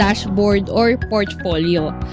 dashboard or portfolio.